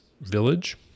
village